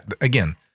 again